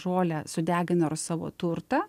žolę sudegino ir savo turtą